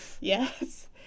yes